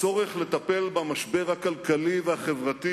הצורך לטפל במשבר הכלכלי והחברתי